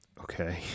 Okay